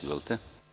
Izvolite.